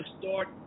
start